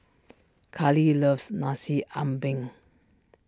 Karlee loves Nasi Ambeng